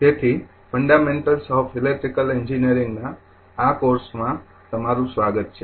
તેથી fundamentals of electrical એન્જિનિયરિં ગના આ કોર્સમાં તમારું સ્વાગત છે